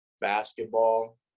basketball